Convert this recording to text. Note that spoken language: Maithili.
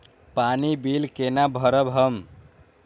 पानी बील केना भरब हम?